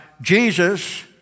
Jesus